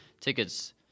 Tickets